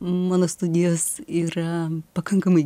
mano studijos yra pakankamai